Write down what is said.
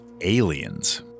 aliens